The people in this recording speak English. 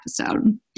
episode